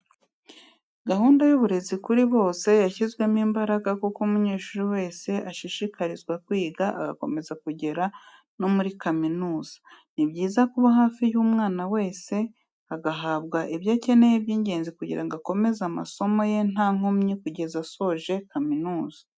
Gahunda y'uburezi kuri bose yashyizwemo imbaraga kuko umunyeshuri wese ashishikarizwa kwiga agakomeza kugeza no muri kaminuza. Ni byiza kuba hafi umwana wese agahabwa ibyo akeneye by'ingenzi kugira ngo akomeze amasomo ye nta nkomyi kugeza asoje kaminuza.